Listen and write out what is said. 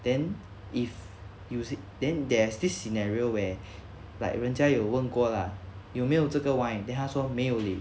then if you will say then there's this scenario where like 人家有问过 lah 有没有这个 wine then 他说没有 leh